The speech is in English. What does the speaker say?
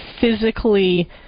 physically